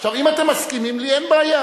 עכשיו, אם אתם מסכימים, לי אין בעיה.